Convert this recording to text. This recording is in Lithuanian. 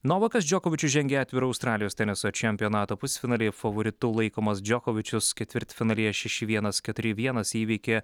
novakas džokovičius žengia atviro australijos teniso čempionato pusfinaly favoritu laikomas džokovičius ketvirtfinalyje šeši vienas keturi vienas įveikė